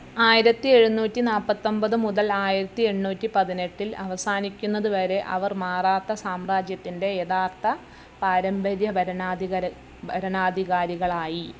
ആയിരത്തി എഴുനൂറ്റി നാൽപ്പത്തൊമ്പത് മുതൽ ആയിരത്തി എണ്ണൂറ്റി പതിനെട്ടില് അവസാനിക്കുന്നതുവരെ അവർ മറാത്ത സാമ്രാജ്യത്തിന്റെ യഥാർത്ഥ പാരമ്പര്യ ഭരണാധികരന് ഭരണാധികാരികളായി